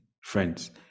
friends